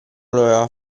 aveva